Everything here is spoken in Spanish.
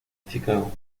chicago